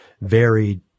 varied